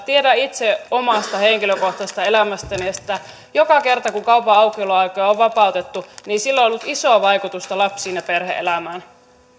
tiedän itse omasta henkilökohtaisesta elämästäni että joka kerta kun kaupan aukioloaikoja on vapautettu sillä on ollut iso vaikutus lapsiin ja perhe elämään